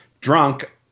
drunk